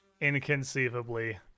inconceivably